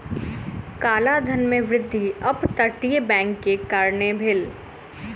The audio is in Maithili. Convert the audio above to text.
काला धन में वृद्धि अप तटीय बैंक के कारणें भेल